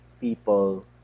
people